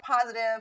positive